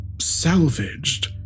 salvaged